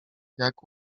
jak